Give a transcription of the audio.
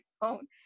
phone